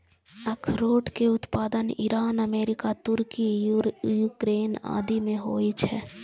अखरोट के उत्पादन ईरान, अमेरिका, तुर्की, यूक्रेन आदि मे होइ छै